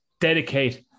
dedicate